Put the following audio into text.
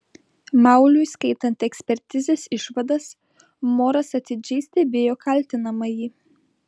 mauliui skaitant ekspertizės išvadas moras atidžiai stebėjo kaltinamąjį